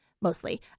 Mostly